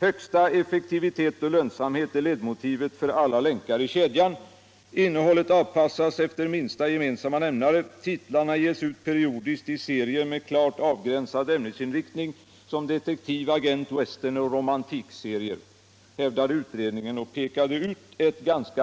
”Högsta effektivitet och lönsamhet är ledmotiv för alla länkar i kedjan -—-—. Innehållet avpassas efter minsta gemensamma nämnare. Titlarna ges ut periodiskt i serier med klart avgränsad ämnesinriktning, såsom detektiv, agent-, western och romantikserier”, hävdade utredningen och pekade ut